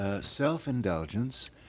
self-indulgence